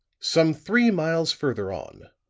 some three miles further on,